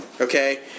Okay